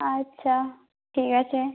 আচ্ছা ঠিক আছে